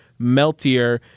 meltier